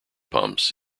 pumps